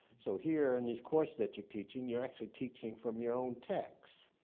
so here, in these courses that you're teaching, you're actually teaching from your own text.